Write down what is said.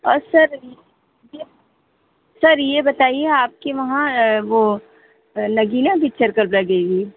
और sir sir यह बताइए आपके वहाँ वह नगीना पिक्चर कब लगेगी